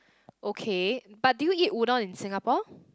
okay but do you eat udon in Singapore